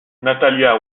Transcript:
natalia